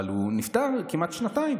אבל הוא נפטר לפני כמעט שנתיים,